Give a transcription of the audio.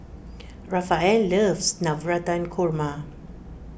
Rafael loves Navratan Korma